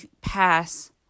pass